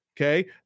Okay